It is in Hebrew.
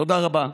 תודה רבה.